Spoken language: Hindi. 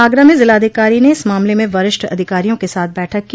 आगरा में जिलाधिकारी न इस मामले में वरिष्ठ अधिकारियों के साथ बैठक की